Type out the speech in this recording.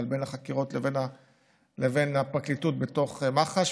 בין החקירות לבין הפרקליטות בתוך מח"ש,